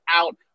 out